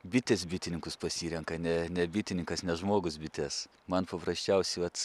bitės bitininkus pasirenka ne ne bitininkas ne žmogus bites man paprasčiausiai vac